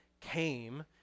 came